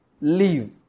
Leave